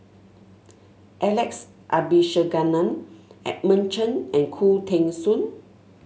Alex Abisheganaden Edmund Chen and Khoo Teng Soon